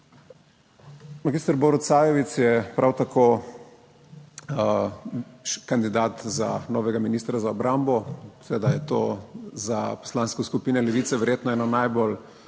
Mag. Borut Sajovic je prav tako kandidat za novega ministra za obrambo. Seveda je to za Poslansko skupino Levice verjetno **6.